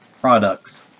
products